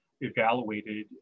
evaluated